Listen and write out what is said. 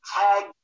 tag